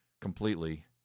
completely